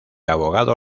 abogado